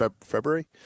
February